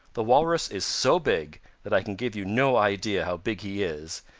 the walrus is so big that i can give you no idea how big he is,